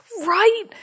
Right